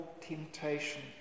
temptation